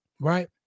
right